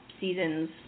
seasons